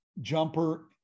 jumper